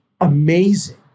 amazing